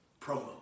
promo